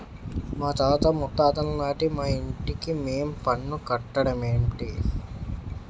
మాతాత ముత్తాతలనాటి మా ఇంటికి మేం పన్ను కట్టడ మేటి